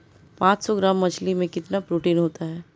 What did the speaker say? पांच सौ ग्राम मछली में कितना प्रोटीन होता है?